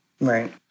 Right